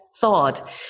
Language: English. thought